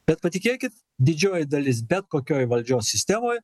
bet patikėkit didžioji dalis bet kokioj valdžios sistemoj